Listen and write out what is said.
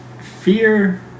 Fear